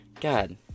God